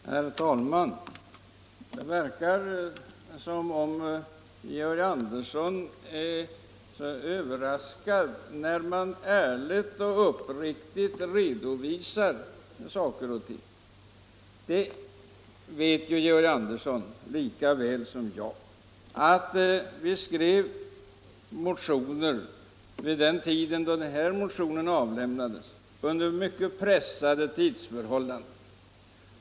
Herr talman! Det verkar som om Georg Andersson är överraskad när man ärligt och uppriktigt redovisar hur det ligger till. Georg Andersson vet lika väl som jag att motionen om stödet till barnoch ungdomslitteraturen skrevs under tidsmässigt mycket pressade förhållanden.